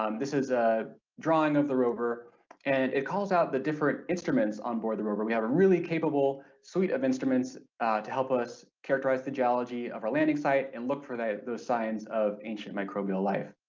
um this is a drawing of the rover and it calls out the different instruments on board the rover. we have a really capable suite of instruments to help us characterize the geology of our landing site and look for those signs of ancient microbial life.